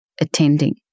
attending